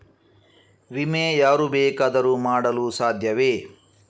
ವಿಮೆ ಯಾರು ಬೇಕಾದರೂ ಮಾಡಲು ಸಾಧ್ಯವೇ?